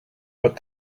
but